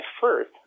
first